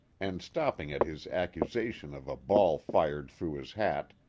and stopping at his accusation of a ball fired through his hat,